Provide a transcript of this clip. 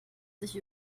sich